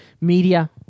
Media